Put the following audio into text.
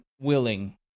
willing